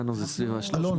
אצלנו זה סביב ה-300